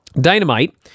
Dynamite